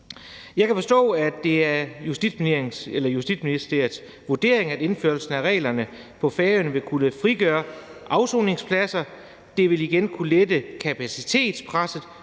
Jeg kan forstå, at det er Justitsministeriets vurdering, at indførelsen af reglerne på Færøerne vil kunne frigøre afsoningspladser. Det vil igen kunne lette kapacitetspresset